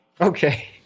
okay